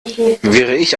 ich